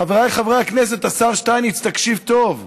חבריי חברי הכנסת, השר שטייניץ, תקשיב טוב: